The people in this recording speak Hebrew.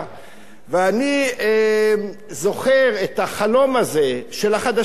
אני זוכר את החלום הזה של החדשות המקומיות,